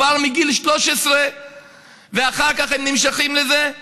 כבר מגיל 13. אחר כך הם נמשכים לזה,